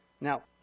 Now